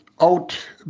out